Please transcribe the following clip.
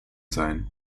sein